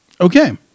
Okay